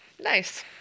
nice